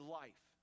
life